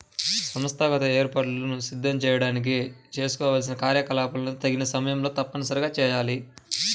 సంస్థాగత ఏర్పాట్లను సిద్ధం చేయడానికి చేసుకోవాల్సిన కార్యకలాపాలను తగిన సమయంలో తప్పనిసరిగా చేయాలి